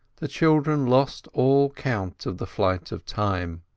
the children lost all count of the flight of time.